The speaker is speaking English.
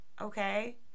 okay